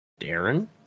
Darren